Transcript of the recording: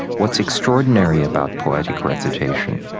what's extraordinary about poetic recitation,